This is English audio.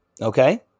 Okay